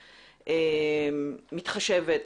מתחשבת.